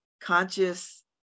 conscious